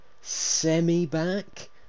semi-back